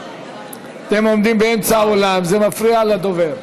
אתם עומדים באמצע האולם וזה מפריע לדובר.